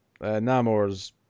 namor's